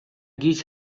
گیج